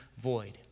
void